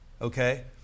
okay